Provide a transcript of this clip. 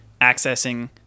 accessing